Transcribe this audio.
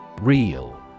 Real